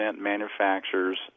manufacturers